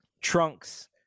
trunk's